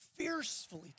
fiercely